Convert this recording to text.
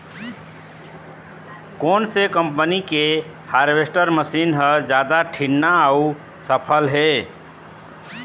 कोन से कम्पनी के हारवेस्टर मशीन हर जादा ठीन्ना अऊ सफल हे?